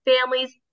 families